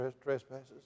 trespasses